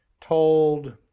told